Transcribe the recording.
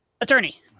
attorney